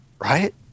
Right